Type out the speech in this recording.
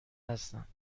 هستند